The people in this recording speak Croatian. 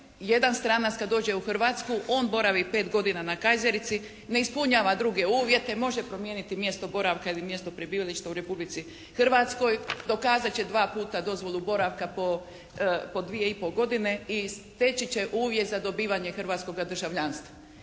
jedan stranac kada dođe u Hrvatsku, on boravi 5 godina na Kajzerici, ne ispunjava druge uvjete, može promijeniti mjesto boravka ili mjesto prebivališta u Republici Hrvatskoj. Dokazat će dva puta dozvolu boravka po dvije i pol godine i steći će uvjet za dobivanje hrvatskoga državljanstva.